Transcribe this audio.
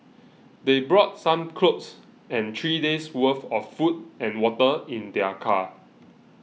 they brought some clothes and three days' worth of food and water in their car